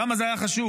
כמה זה היה חשוב,